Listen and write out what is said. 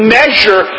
measure